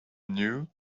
knew